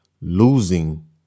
losing